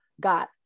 got